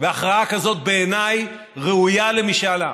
והכרעה כזאת, בעיני, ראויה למשאל עם.